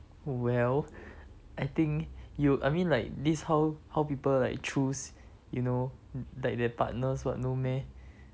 well I think you I mean you I mean like this how how people like choose you know that their partners [what] no meh